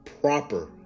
proper